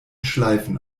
schleifen